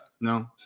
No